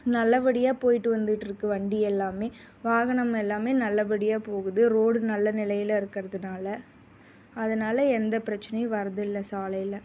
நல்லபடியாக போய்விட்டு வந்துகிட்ருக்கு வண்டி எல்லாமே வாகனம் எல்லாமே நல்லபடியாக போகுது ரோடு நல்ல நிலையில் இருக்கிறதுனால அதனால் எந்த பிரச்சினையும் வரதில்லை சாலையில்